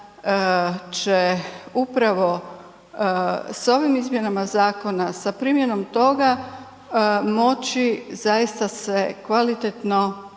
će upravo s ovim izmjenama zakona, sa primjenom toga, moći zaista se kvalitetno